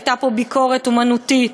הייתה פה ביקורת אמנותית.